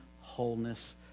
wholeness